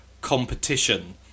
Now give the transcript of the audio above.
competition